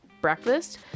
breakfast